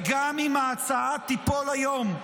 וגם אם ההצעה תיפול היום,